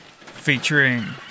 featuring